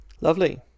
Lovely